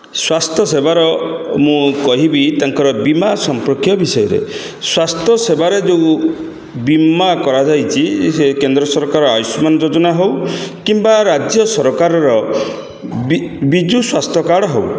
ସ୍ୱାସ୍ଥ୍ୟସେବାର ମୁଁ କହିବି ତାଙ୍କର ବୀମା ସମ୍ପର୍କୀୟ ବିଷୟରେ ସ୍ୱାସ୍ଥ୍ୟ ସେବାରେ ଯେଉଁ ବୀମା କରାଯାଇଛି ସେ କେନ୍ଦ୍ର ସରକାର ଆୟୁଷ୍ମାନ ଯୋଜନା ହେଉ କିମ୍ବା ରାଜ୍ୟ ସରକାରର ବିଜୁ ସ୍ୱାସ୍ଥ୍ୟ କାର୍ଡ଼ ହେଉ